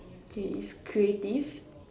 K it's creative